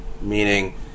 meaning